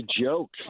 joke